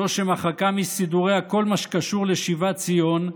זו שמחקה מסידוריה כל מה שקשור לשיבת ציון,